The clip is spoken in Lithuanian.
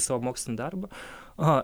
savo mokslinį darbą aha